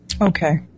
Okay